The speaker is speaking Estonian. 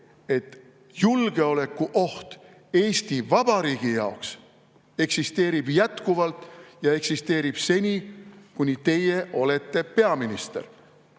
et julgeolekuoht Eesti Vabariigi jaoks eksisteerib jätkuvalt ja eksisteerib seni, kuni teie olete peaminister.